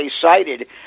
cited